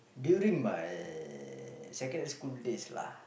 during my secondary school days lah